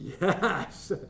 yes